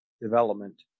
development